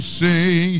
sing